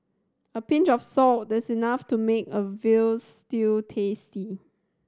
a pinch of salt this enough to make a veal stew tasty